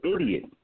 idiot